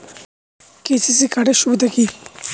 KCC card এর সুবিধা কি?